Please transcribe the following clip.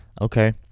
Okay